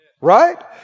right